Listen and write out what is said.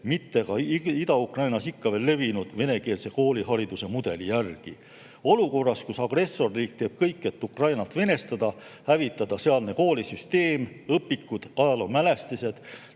mitte ka Ida-Ukrainas ikka veel levinud venekeelse koolihariduse mudeli järgi. Olukorras, kus agressorriik teeb kõik, et Ukrainat venestada, hävitada sealne koolisüsteem, õpikud, ajaloomälestised